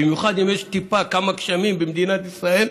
במיוחד אם יש כמה גשמים במדינת ישראל,